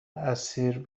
اسیر